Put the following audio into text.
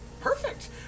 perfect